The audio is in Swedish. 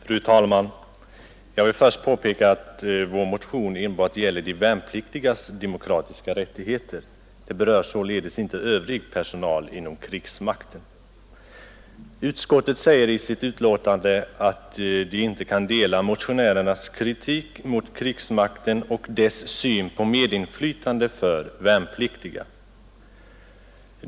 Fru talman! Jag vill först påpeka att vår motion enbart gäller de värnpliktigas demokratiska rättigheter. Den berör således inte övrig personal inom krigsmakten. Utskottet säger i sitt betänkande att det inte kan dela motionärernas kritik mot krigsmakten och deras syn på medinflytande för värnpliktiga.